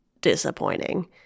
disappointing